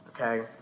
Okay